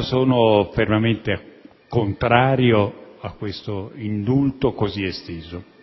sono fermamente contrario a questo indulto così esteso.